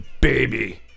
baby